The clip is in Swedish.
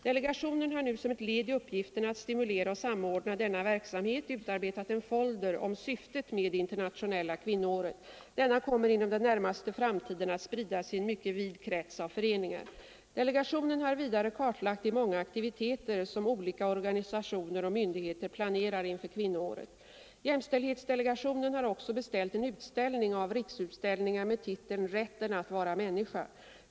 Delegationen har nu som ett led i uppgifterna att stimulera och samordna denna verksamhet utarbetat en folder om syftet med internationella kvinnoåret. Denna kommer inom den närmaste framtiden att spridas i en mycket vid krets av föreningar. Delegationen har vidare kartlagt de många aktiviteter som olika organisationer och myndigheter planerar inför kvinnoåret. Jämställdhetsdelegationen har också beställt en utställning av Riksutställningar med titeln Rätten att vara människa.